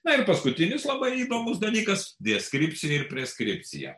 na ir paskutinis labai įdomus dalykas deskripcija ir preskripcija